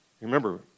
Remember